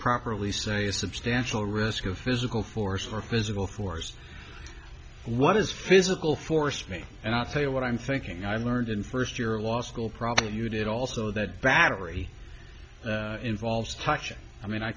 substantial risk of physical force or physical force what is physical force me and i'll tell you what i'm thinking i learned in first year law school probably you did also that battery involves touching i mean i